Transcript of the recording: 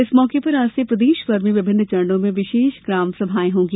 इस मौके पर आज से प्रदेशभर में विभिन्न चरणों में विशेष ग्राम सभाएं होंगी